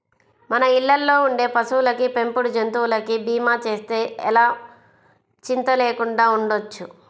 మన ఇళ్ళల్లో ఉండే పశువులకి, పెంపుడు జంతువులకి భీమా చేస్తే ఎలా చింతా లేకుండా ఉండొచ్చు